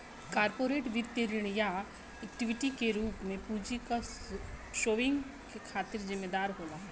corporate वित्त ऋण या इक्विटी के रूप में पूंजी क सोर्सिंग के खातिर जिम्मेदार होला